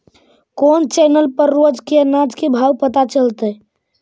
कोन चैनल पर रोज के अनाज के भाव पता चलतै?